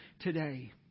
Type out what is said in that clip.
today